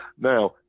Now